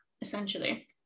essentially